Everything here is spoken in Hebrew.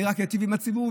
אני רק איטיב עם הציבור.